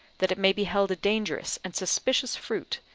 that it may be held a dangerous and suspicious fruit,